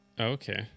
Okay